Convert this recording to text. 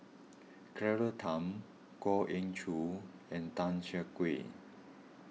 Claire Tham Goh Ee Choo and Tan Siah Kwee